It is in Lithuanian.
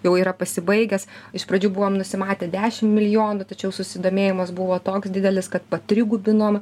jau yra pasibaigęs iš pradžių buvome nusimatę dešim milijonų tačiau susidomėjimas buvo toks didelis kad patrigubinom